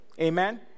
Amen